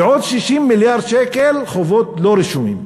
ועוד 60 מיליארד שקל חובות לא רשומים.